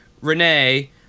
Renee